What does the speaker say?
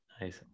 Nice